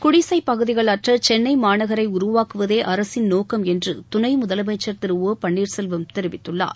குடிசைப் பகுதிகள் அற்ற சென்னை மாநகரை உருவாக்குவதே அரசின் நோக்கம் என்று துணை முதலமைச்சர் திரு ஓ பன்னீர்செல்வம் தெரிவித்துள்ளார்